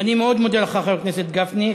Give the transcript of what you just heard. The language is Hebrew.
אני מאוד מודה לך, חבר הכנסת גפני.